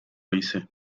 hice